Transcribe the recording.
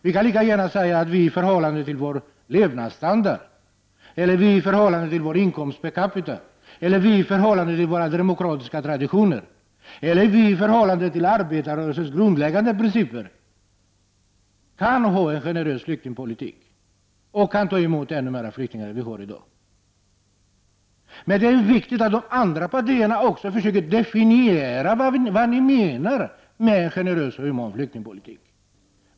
Vi kan lika gärna se på förhållandet till vår levnadsstandard, inkomst per capita, demokratiska traditioner eller arbetarrörelsens grundläggande principer och på så sätt ändå utöva en generös flyktingpolitik och ta emot ännu fler flyktingar än vad vi gör i dag. Det är viktigt att de andra partierna försöker definiera vad de menar med en generös och human flyktingpolitik.